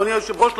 אדוני היושב-ראש,